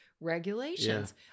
regulations